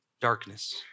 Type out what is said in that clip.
Darkness